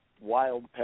Wild